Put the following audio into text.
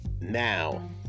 now